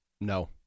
No